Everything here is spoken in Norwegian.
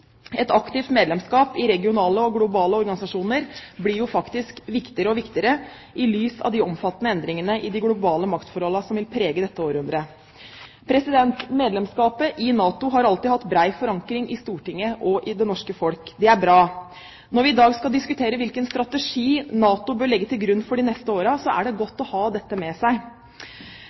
Et aktivt medlemskap i regionale og globale organisasjoner blir faktisk viktigere og viktigere i lys av de omfattende endringene i de globale maktforholdene som vil prege dette århundret. Medlemskapet i NATO har alltid hatt bred forankring i Stortinget og i det norske folk. Det er bra. Når vi i dag skal diskutere hvilken strategi NATO bør legge til grunn for de neste årene, er det godt å ha dette med seg.